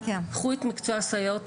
קחו את מקצוע הסייעות,